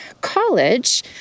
college